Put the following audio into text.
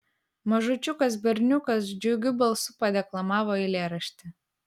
mažučiukas berniukas džiugiu balsu padeklamavo eilėraštį